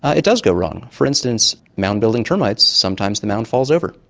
it does go wrong. for instance, mound building termites, sometimes the mound falls over.